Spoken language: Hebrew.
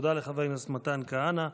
תודה לחבר הכנסת מתן כהנא.